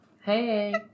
Hey